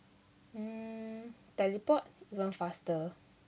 mm teleport even faster